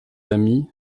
amis